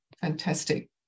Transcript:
Fantastic